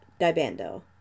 DiBando